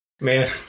man